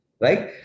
right